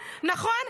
נכון?